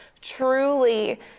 truly